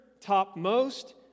topmost